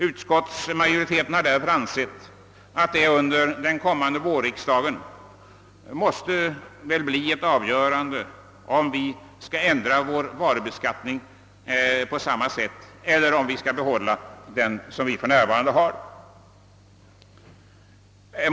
Utskottsmajoriteten har därför ansett att det under den kommande vårriksdagen måste bli ett avgörande om huruvida vi skall ändra vår varubeskattning på samma sätt eller om vi skall behålla den vi för närvarande har.